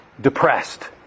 depressed